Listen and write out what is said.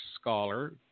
scholar